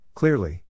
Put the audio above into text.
clearly